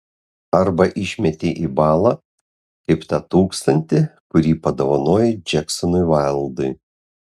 arba išmetei į balą kaip tą tūkstantį kurį padovanojai džeksonui vaildui